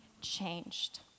changed